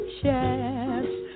chance